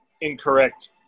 incorrect